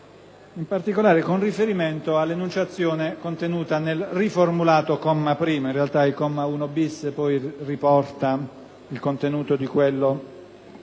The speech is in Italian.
in particolare con riferimento all'enunciazione contenuta nel riformulato comma 1. In realtà il comma 1*-bis* poi riporta il contenuto di quello